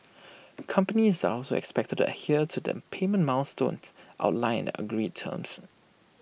companies are also expected to adhere to the payment milestones outlined in the agreed terms